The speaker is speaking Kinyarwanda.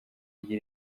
rye